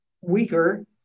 weaker